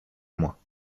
moi